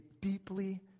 deeply